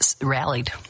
rallied